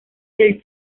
del